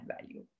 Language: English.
value